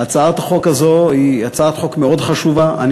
הצעת חוק הפיקוח על